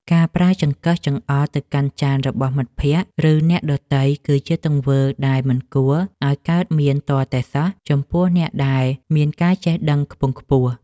ការប្រើចង្កឹះចង្អុលទៅកាន់ចានរបស់មិត្តភក្តិ ឬ អ្នកដទៃគឺជាទង្វើដែលមិនគួរឱ្យកើតមានទាល់តែសោះចំពោះអ្នកដែលមានការចេះដឹងខ្ពង់ខ្ពស់។